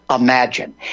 imagine